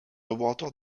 laboratoire